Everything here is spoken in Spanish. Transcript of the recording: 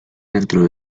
dentro